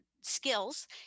skills